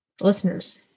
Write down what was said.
Listeners